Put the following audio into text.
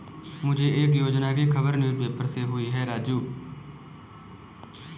मुझे एक योजना की खबर न्यूज़ पेपर से हुई है राजू